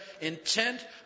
intent